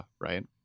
Right